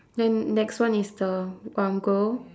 then next one is the uncle